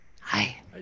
Hi